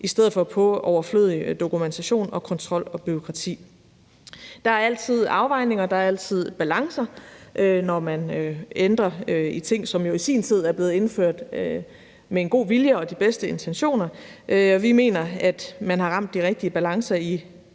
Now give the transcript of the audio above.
i stedet for til overflødig dokumentation og kontrol og bureaukrati. Der er altid afvejninger, og der er altid balancer, når man ændrer i ting, som jo i sin tid er blevet indført med en god vilje og de bedste intentioner. Vi mener, at man har ramt de rigtige balancer i